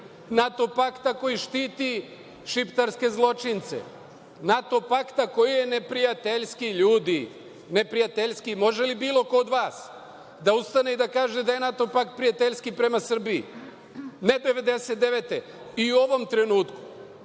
NATO pakta koji štiti šiptarske zločince, NATO pakta koji je neprijateljski, ljudi. Može li bilo ko od vas da ustane i da kaže da je NATO pakt prijateljski prema Srbiji, ne 1999. godine, nego i u ovom trenutku?